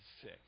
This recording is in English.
sick